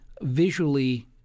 visually